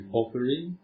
offering